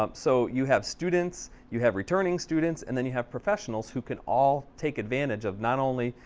um so, you have students, you have returning students and then you have professionals who can all take advantage of not only,